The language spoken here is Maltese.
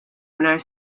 mingħajr